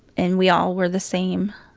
and we all were the same,